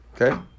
okay